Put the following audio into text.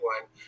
one